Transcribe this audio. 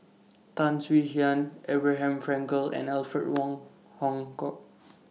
Tan Swie Hian Abraham Frankel and Alfred Wong Hong Kwok